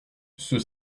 ceux